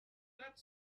that